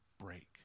break